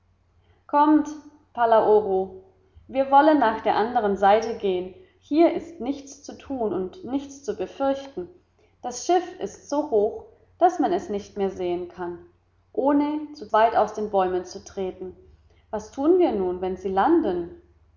kommt palaoro wir wollen nach der andern seite gehen hier ist nichts zu tun und nichts zu befürchten das schiff ist so hoch daß man es nicht mehr sehen kann ohne zu weit aus den bäumen zu treten was tun wir nun wenn sie landen